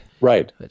Right